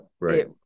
right